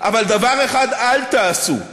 אבל דבר אחד אל תעשו,